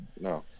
no